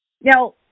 Now